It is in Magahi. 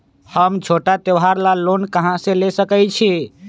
हम छोटा त्योहार ला लोन कहां से ले सकई छी?